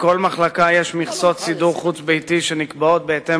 לכל מחלקה יש מכסות סידור חוץ-ביתי שנקבעות בהתאם